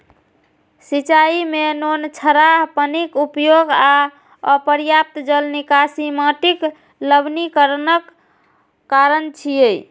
सिंचाइ मे नोनछराह पानिक उपयोग आ अपर्याप्त जल निकासी माटिक लवणीकरणक कारण छियै